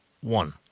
One